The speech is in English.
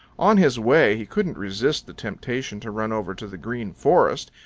on his way he couldn't resist the temptation to run over to the green forest,